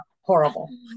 Horrible